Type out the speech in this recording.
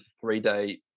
three-day